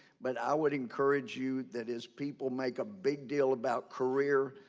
but i would encourage you that as people make up big deal about career,